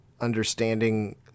understanding